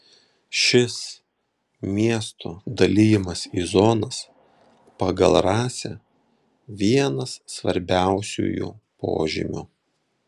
šis miestų dalijimas į zonas pagal rasę vienas svarbiausiųjų požymių